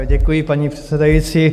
Děkuji, paní předsedající.